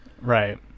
Right